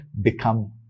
become